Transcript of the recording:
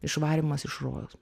išvarymas iš rojaus